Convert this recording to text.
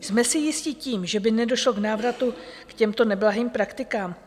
Jsme si jisti tím, že by nedošlo k návratu k těmto neblahým praktikám?